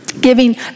giving